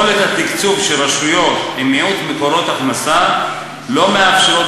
יכולת התקצוב של רשויות עם מיעוט מקורות הכנסה לא מאפשרת